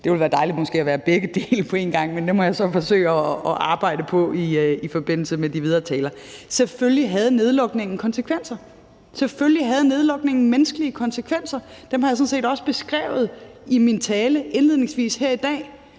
Det ville være dejligt måske at være begge dele på en gang, men det må jeg så forsøge at arbejde på i forbindelse med de videre taler. Selvfølgelig havde nedlukningen konsekvenser. Selvfølgelig havde nedlukningen menneskelige konsekvenser. Dem har jeg sådan set også beskrevet i min tale indledningsvis her i dag.